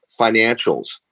financials